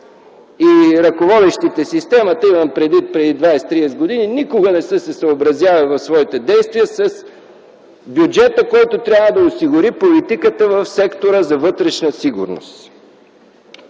И ръководещите системата – имам предвид преди 20 и 30 години – никога не са се съобразявали в своите действия с бюджета, който трябва да осигури политиката в сектора за вътрешна сигурност.